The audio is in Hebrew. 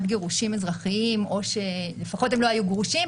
גירושין אזרחיים או שלפחות הם לא היו גרושים,